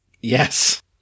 Yes